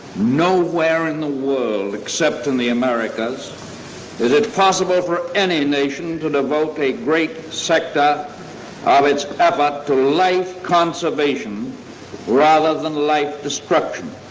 nowhere in the world except in the americas is it possible for any nation to devote a great sector of its effort to life conservation rather than life destruction.